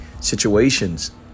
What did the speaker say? situations